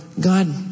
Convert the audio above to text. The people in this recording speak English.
God